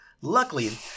Luckily